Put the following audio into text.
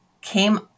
came